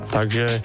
Takže